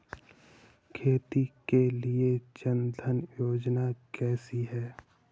खेती के लिए जन धन योजना कैसी है?